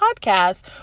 podcast